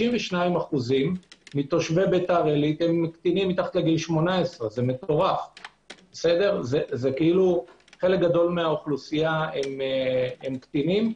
62% שם הם קטינים מתחת לגיל 18. חלק גדול מהאוכלוסייה הם קטינים.